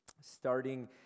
starting